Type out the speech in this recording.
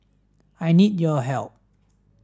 I need your help